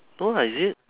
no lah is it